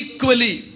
Equally